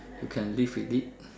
you can live with it